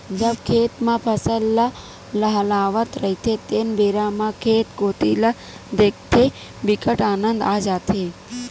जब खेत म फसल ल लहलहावत रहिथे तेन बेरा म खेत कोती ल देखथे बिकट आनंद आ जाथे